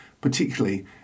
particularly